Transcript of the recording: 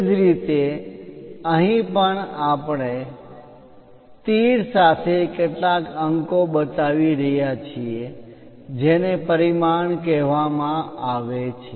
એ જ રીતે અહીં પણ આપણે તીર સાથે કેટલાક અંકો બતાવી રહ્યા છીએ જેને પરિમાણ કહેવામાં આવે છે